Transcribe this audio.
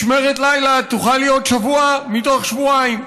משמרת לילה תוכל להיות שבוע מתוך שבועיים.